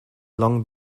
long